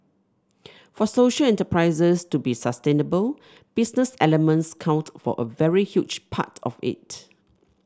for social enterprises to be sustainable business elements count for a very huge part of it